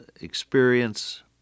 experience